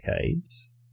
decades